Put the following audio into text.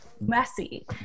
messy